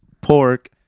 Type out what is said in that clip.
pork